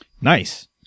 Nice